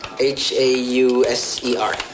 H-A-U-S-E-R